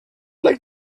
like